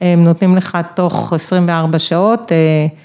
‫הם נותנים לך תוך 24 שעות אה...